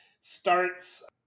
starts